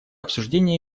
обсуждение